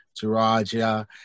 Taraja